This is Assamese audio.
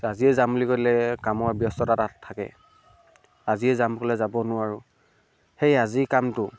আজিয়ে যাম বুলি কৈ দিলে কামৰ ব্যস্ততা তাত থাকে আজিয়ে যাম ক'লে যাব নোৱাৰোঁ সেই আজিৰ কামটো